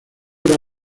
era